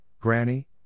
Granny